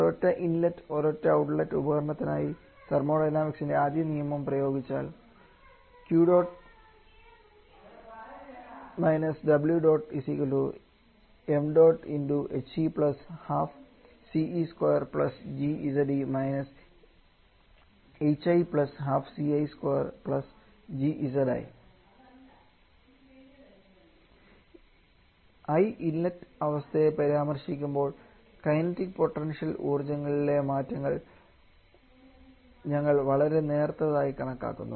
ഒരൊറ്റ ഇൻലെറ്റ് ഒരൊറ്റ ഔട്ട്ലെറ്റ് ഉപകരണത്തിനായി തെർമോഡൈനാമിക്സിന്റെ ആദ്യ നിയമം പ്രയോഗിച്ചാൽ i ഇൻലെറ്റ് അവസ്ഥയെ പരാമർശിക്കുമ്പോൾ കൈനറ്റിക് പൊട്ടൻഷ്യൽ ഊർജ്ജങ്ങളിലെ മാറ്റങ്ങൾ ഞങ്ങൾ വളരെ നേർത്തതായി കണക്കാക്കുന്നു